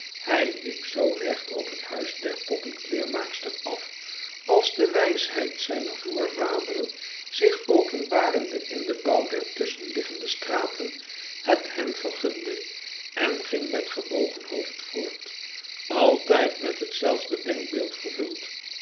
hij liep zoo recht op het huis der poppenkleermaakster af als de wijsheid zijner voorvaderen zich openbarende in den bouw der tusschenliggende straten het hem vergunde en ging met gebogen hoofd voort altijd met hetzelfde denkbeeld vervuld